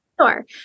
Sure